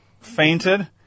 fainted